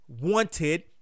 wanted